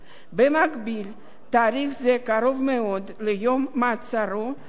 תאריך זה קרוב מאוד ליום מעצרו של ראול ולנברג